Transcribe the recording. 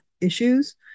issues